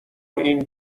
این